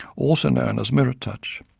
also known as mirror touch.